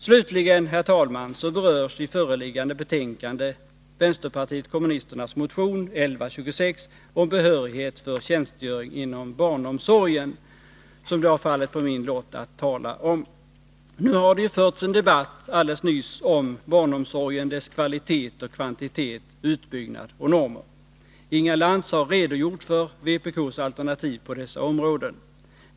Slutligen, herr talman, berörs i föreliggande betänkande vpk:s motion 1126 om behörighet för tjänstgöring inom barnomsorgen, en motion som det fallit på min lott att tala om. Nu har det ju alldeles nyss förts en debatt om barnomsorgen, dess kvalitet och kvantitet, utbyggnad och normer. Inga Lantz har redogjort för vpk:s alternativ på dessa områden.